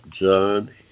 John